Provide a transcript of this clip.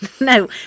No